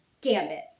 gambit